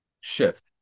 shift